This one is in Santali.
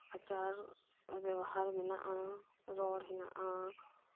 ᱟᱪᱟᱨ ᱵᱮᱵᱦᱟᱨ ᱢᱮᱱᱟᱜ ᱟ ᱨᱚᱲᱦᱮᱱᱟᱜ ᱟ